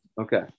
Okay